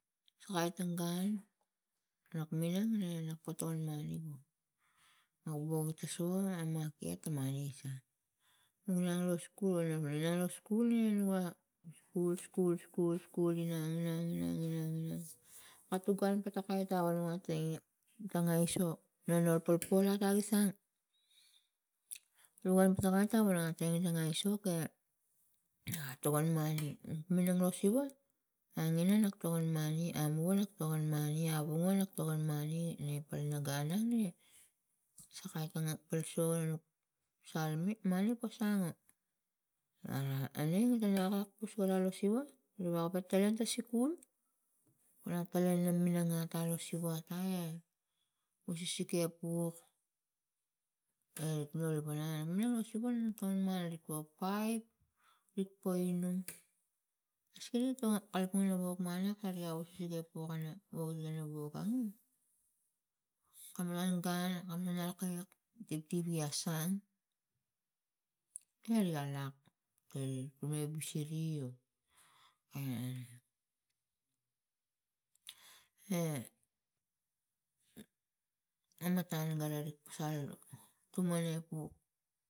Sakai tang gun nak minang inak potang mani go no woge ta siva maket mani gi sang nu ingang lo skul nugi inang lo skul ina nuga skul skul skul skul inang inang inang inang inang katu gun patakai garu watange tangai so nano a polpol ata gi sang no wal tange gata wakal tange ta aisok e a togon mani minang lo siva langina nuk tokon mani mani abuwan nuk tokon mani ni palina gun ngan ni sakai tangan polso nuk salime na mani pasang ngo ana aning ti ngagakpus gala lo siva ni waga tele pa sikul pala teleng lo minang lo siva ata e pusisike puk e nuk noli panang lo siva nuk tokon mani po paip nik po inung maski ni toko kalapang wok mani kari ausik epok gana woge ina wok anung kam ra gun nalak kaiak tigi a sang e riga lak kari ega busiri o kam matan gun nari kalapang inang tuma epu.